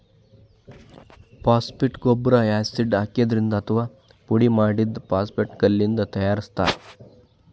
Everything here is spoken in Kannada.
ಫಾಸ್ಫೇಟ್ ಗೊಬ್ಬರ್ ಯಾಸಿಡ್ ಹಾಕಿದ್ರಿಂದ್ ಅಥವಾ ಪುಡಿಮಾಡಿದ್ದ್ ಫಾಸ್ಫೇಟ್ ಕಲ್ಲಿಂದ್ ತಯಾರಿಸ್ತಾರ್